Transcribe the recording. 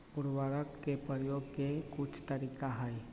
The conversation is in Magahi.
उरवरक के परयोग के कुछ तरीका हई